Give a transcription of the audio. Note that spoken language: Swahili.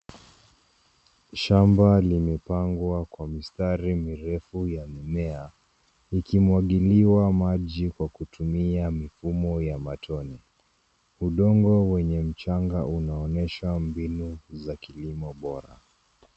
Shamba limepangwa kwa mistari mirefu ya mimea ikimwagiliwa maji kwa kutumia mifumo ya matone. Udongo wenye mchanga unaonyesha mbinu za kilimo bora.